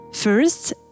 First